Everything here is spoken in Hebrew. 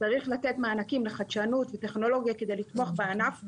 צריך לתת מענקים לחדשנות וטכנולוגיה כדי לתמוך בענף,